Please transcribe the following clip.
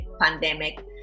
pandemic